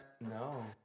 No